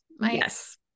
Yes